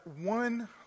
one